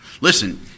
Listen